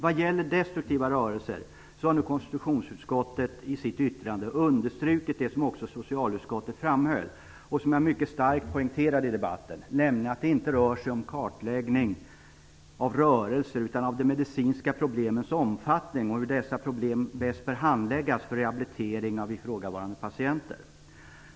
Vad gäller destruktiva rörelser har nu konstitutionsutskottet i sitt yttrande understrukit det som också socialutskottet framhöll och som jag mycket starkt poängterade i debatten, nämligen att det inte rör sig om kartläggning av rörelser utan om de medicinska problemens omfattning och hur dessa problem bäst bör handläggas för rehabilitering av ifrågavarande patienter.